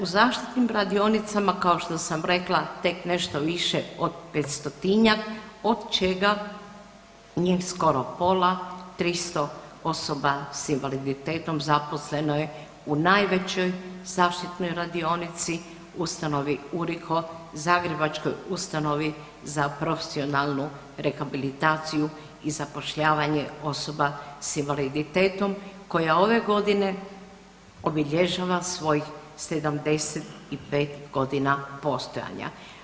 U zaštitnim radionicama kao što sam rekla, tek nešto više od 5000-tinjak, od čega njih skoro pola, 300 osoba sa invaliditetom zaposleno je u najvećoj zaštitnoj radionici, ustanovi URIHO, zagrebačkoj ustanovi za profesionalnu rehabilitaciju i zapošljavanje osoba sa invaliditetom koja ove godine obilježava svojih 75 g. postojanja.